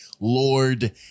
Lord